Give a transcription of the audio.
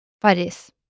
Paris